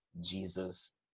jesus